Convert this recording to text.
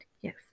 Yes